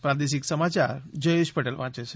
પ્રાદેશિક સમાચાર જયેશ પટેલ વાંચે છે